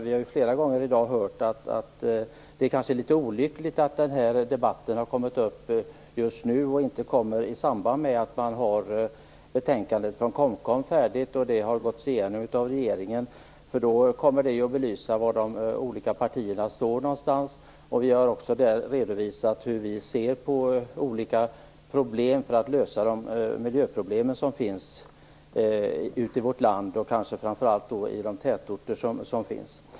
Vi har flera gånger i dag hört att det är litet olyckligt att debatten förs just nu och inte i samband med att betänkandet från KOMKOM är färdigt och har gåtts igenom av regeringen. Då skulle man få en belysning av var de olika partierna står. Vi har där redovisat hur vi ser på olika alternativ för att lösa miljöproblemen i vårt land, kanske framför allt i tätorterna.